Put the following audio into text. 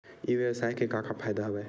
ई व्यवसाय के का का फ़ायदा हवय?